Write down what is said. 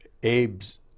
Abe's